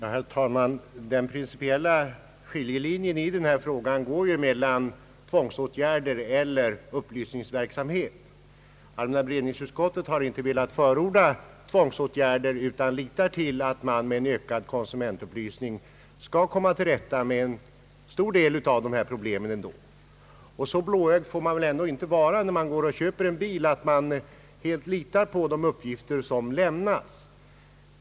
Herr talman! Den principiella skiljelinjen i denna fråga går ju mellan tvångsåtgärder och upplysningsverksamhet. Allmänna beredningsutskottet har inte velat förorda tvångsåtgärder utan litar till att man med en ökad konsumentupplysning skall komma till rätta med en stor del av dessa problem. Så blåögd får man väl ändå inte vara när man går och köper en bil att man helt litar på de uppgifter som lämnas.